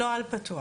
לא על פתוח.